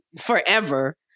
forever